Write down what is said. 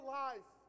life